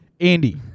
Andy